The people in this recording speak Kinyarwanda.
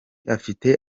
afite